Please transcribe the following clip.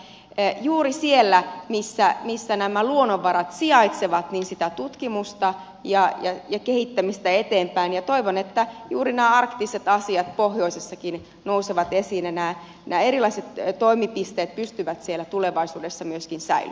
me tarvitsemme alueellista tutkimusta ja kehittämistä eteenpäin juuri siellä missä nämä luonnonvarat sijaitsevatni sitä tutkimusta ja erkki kehittämistä sijaitsevat ja toivon että juuri nämä arktiset asiat pohjoisessakin nousevat esiin ja nämä erilaiset toimipisteet pystyvät siellä tulevaisuudessa myöskin säilymään